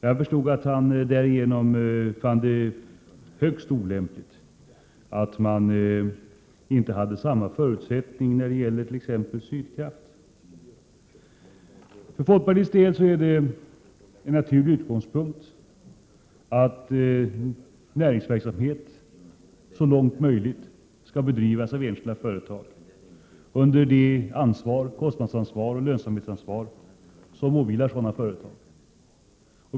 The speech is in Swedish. Jag förstod att han samtidigt fann det högst olämpligt att man inte har samma förutsättning när det gäller t.ex. Sydkraft. För folkpartiet är det en naturlig utgångspunkt att näringsverksamhet så långt möjligt skall bedrivas i enskilda företag, under det kostnadsoch lönsamhetsansvar som åvilar sådana företag.